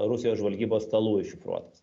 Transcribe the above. rusijos žvalgybos stalų iššifruotas